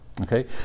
Okay